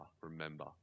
remember